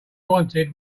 wanted